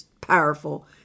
powerful